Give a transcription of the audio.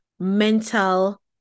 Mental